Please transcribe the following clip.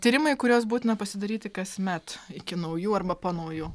tyrimai kuriuos būtina pasidaryti kasmet iki naujų arba po naujų